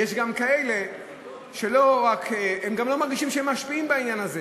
יש גם כאלה שגם לא מרגישים שהם משפיעים בעניין הזה,